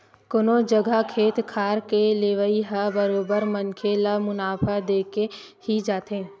कोनो जघा खेत खार के लेवई ह बरोबर मनखे ल मुनाफा देके ही जाथे